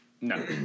No